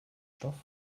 stoff